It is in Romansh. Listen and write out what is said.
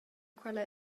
quella